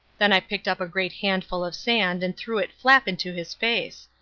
then i picked up a great handful of sand and threw it flap into his face.